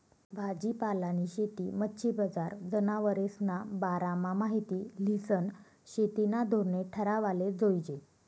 भाजीपालानी शेती, मच्छी बजार, जनावरेस्ना बारामा माहिती ल्हिसन शेतीना धोरणे ठरावाले जोयजे